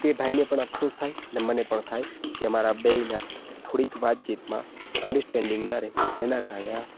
તે ભાઈને પણ અફસોસ થાય અને મને પણ થાય કે અમારા બેયના થોડીક વાતચીતમાં અન્ડરસ્ટન્ડિંગ ન રહી જેના કારણે આ